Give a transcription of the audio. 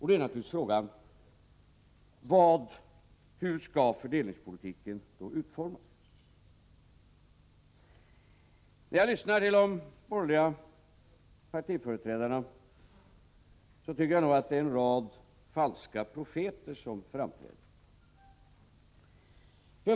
Då är naturligtvis frågan: Hur skall fördelningspolitiken utformas? När jag lyssnar till de borgerliga partiernas företrädare, tycker jag nog att det är en rad falska profeter som framträder.